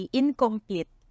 incomplete